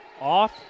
Off